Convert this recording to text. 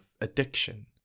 addiction